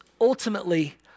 ultimately